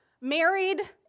Married